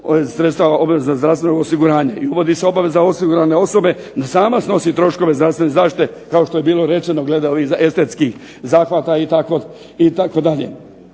sredstava obveza zdravstvenog osiguranja i uvodi se obaveza osigurane osobe da sama snosi troškove zdravstvene zaštite kao što je bilo rečeno glede ovih estetskih zahvata itd.